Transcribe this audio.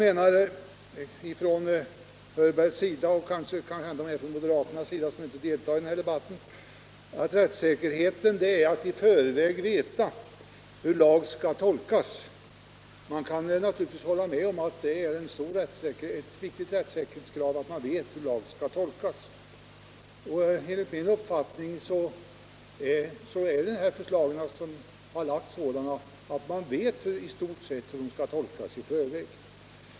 Herr Hörberg menar — och kanske också moderaterna som inte deltar i den här debatten —att rättssäkerhet är att i förväg veta hur lag skall tolkas. Jag kan naturligtvis hålla med om att det är ett viktigt rättssäkerhetskrav att man vet hur lagen skall tolkas. Enligt min mening är de förslag som har framlagts sådana att man vet i förväg i stort sett hur de skall tolkas.